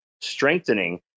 strengthening